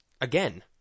again